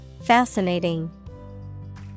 Fascinating